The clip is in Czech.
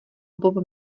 bob